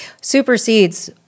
supersedes